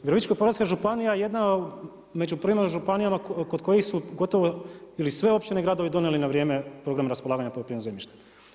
Virovitičko-podravska županija jedna je među prvim županijama kod kojih su gotovo ili sve općine i gradovi donijeli na vrijeme program raspolaganja poljoprivrednim zemljištem.